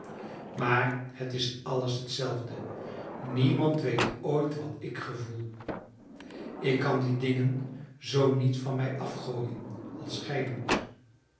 maar het is alles t zelfde niemand weet ooit wat ik gevoel ik kan die dingen zoo niet van mij afgooien als gij doet